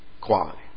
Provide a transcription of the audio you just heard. quality